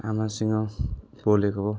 आमासँग बोलेको